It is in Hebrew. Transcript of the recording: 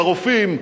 לרופאים,